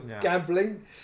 gambling